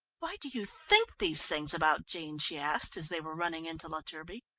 why do you think these things about jean? she asked, as they were running into la turbie.